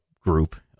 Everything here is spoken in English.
group